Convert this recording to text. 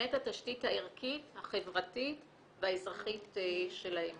נבנית התשתית הערכית, החברתית והאזרחית שלהם